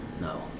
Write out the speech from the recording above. No